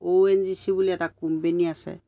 অ' N G C বুলি এটা company আছে